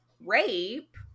rape